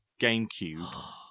GameCube